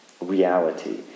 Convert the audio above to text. reality